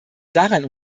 darin